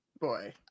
boy